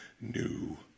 new